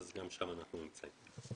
גם שם אנחנו נמצאים.